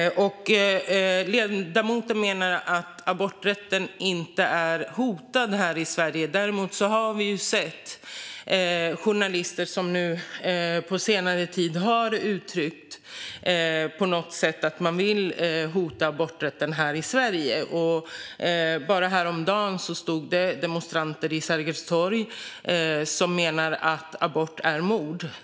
Ledamoten menar att aborträtten inte är hotad här i Sverige. Vi har dock på senare tid sett att journalister har uttryckt att man vill hota aborträtten i Sverige. Bara häromdagen stod det demonstranter på Sergels torg som menade att abort är mord.